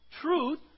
Truth